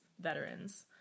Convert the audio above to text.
veterans